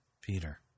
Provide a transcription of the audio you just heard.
Peter